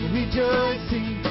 rejoicing